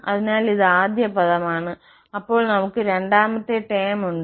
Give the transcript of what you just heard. അതിനാൽ ഇത് ആദ്യ പദമാണ് അപ്പോൾ നമ്മൾക്ക് രണ്ടാമത്തെ ടേം ഉണ്ട്